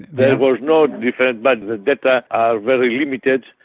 there was no difference but the data are very limited,